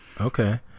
Okay